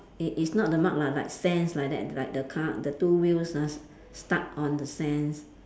it is not the mark lah like sand like that like the car the two wheels ah s~ stuck on the sand